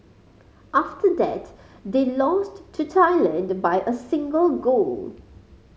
after that they lost to Thailand by a single goal